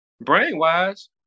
brain-wise